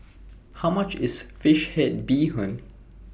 How much IS Fish Head Bee Hoon